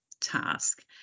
task